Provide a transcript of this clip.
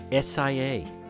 SIA